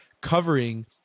covering